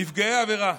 נפגעי עבירה,